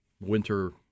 winter